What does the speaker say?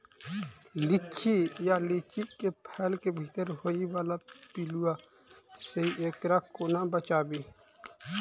लिच्ची वा लीची केँ फल केँ भीतर होइ वला पिलुआ सऽ एकरा कोना बचाबी?